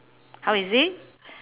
how is it